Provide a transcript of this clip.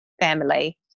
family